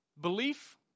Belief